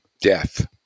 death